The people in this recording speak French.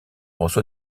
reçoit